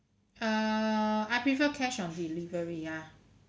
err I prefer cash on delivery ya